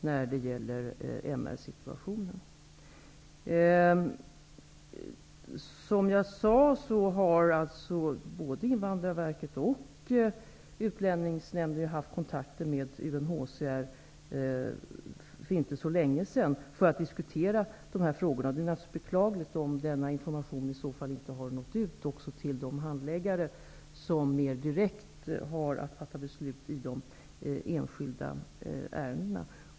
Som jag tidigare sade har både Invandrarverket och Utlänningsnämnden för inte så länge sedan haft kontakter med UNHCR för att diskutera dessa frågor. Det är beklagligt om informationen om vad som där förekommit inte har nått de handläggare som Håkan Holmberg nämnde och som mer direkt har att fatta beslut i det enskilda ärendena.